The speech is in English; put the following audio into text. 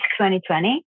2020